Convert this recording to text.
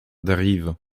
dérive